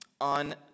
on